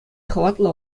хӑватлӑ